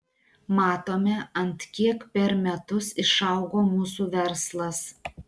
matome ant kiek per metus išaugo mūsų verslas